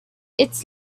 its